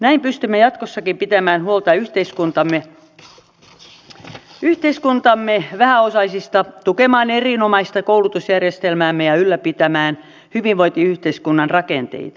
näin pystymme jatkossakin pitämään huolta yhteiskuntamme vähäosaisista tukemaan erinomaista koulutusjärjestelmäämme ja ylläpitämään hyvinvointiyhteiskunnan rakenteita